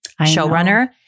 showrunner